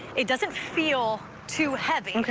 it doesn't feel too heavy.